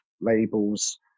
labels